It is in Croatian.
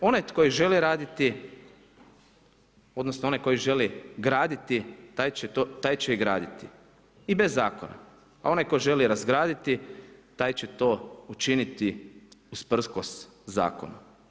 Onaj tko želi raditi, odnosno onaj koji želi graditi taj će i graditi i bez zakona, a onaj tko želi razgraditi taj će to učiniti usprkos zakonu.